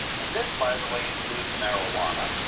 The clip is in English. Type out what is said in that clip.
and this, by the way, includes marijuana.